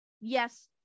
Yes